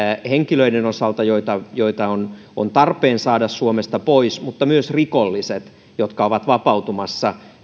henkilöiden osalta joita joita on on tarpeen saada suomesta pois mutta myös rikollisten osalta jotka ovat vapautumassa